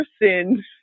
person